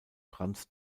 franz